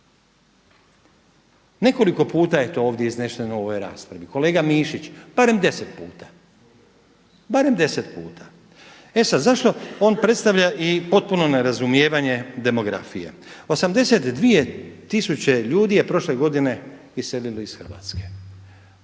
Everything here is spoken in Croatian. Nekoliko puta je to ovdje iznešeno u ovoj raspravi, kolega Mišić barem deset puta. E sada zašto on predstavlja i potpunu nerazumijevanje demografije. 82 tisuće ljudi je prošle godine iselilo iz Hrvatske,